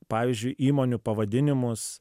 pavyzdžiui įmonių pavadinimus